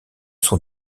sont